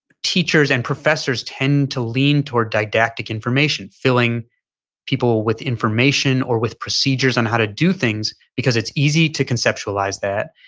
teachers and professors tend to lean toward didactic information. filling people with information or with procedures on how to do things because it's easy to conceptualize that.